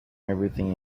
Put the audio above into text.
everything